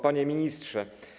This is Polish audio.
Panie Ministrze!